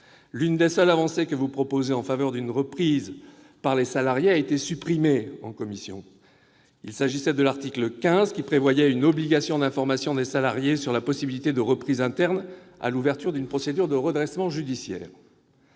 L'une des seules avancées proposées en faveur d'une reprise par les salariés a été supprimée en commission : ainsi, l'article 15 prévoyait une obligation d'informations des salariés sur la possibilité de reprise interne au moment de l'ouverture d'une procédure de redressement judiciaire.